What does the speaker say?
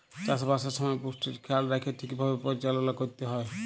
চাষবাসের সময় পুষ্টির খেয়াল রাইখ্যে ঠিকভাবে পরিচাললা ক্যইরতে হ্যয়